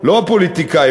לא הפוליטיקאים,